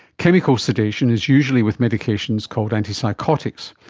chemical sedation is usually with medications called antipsychotics,